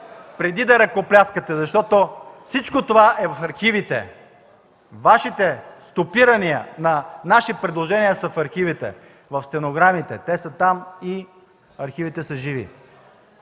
мозъчни клетчици, защото всичко това е в архивите. Вашите стопирания на наши предложения са в архивите, в стенограмите. Те са там и архивите са живи.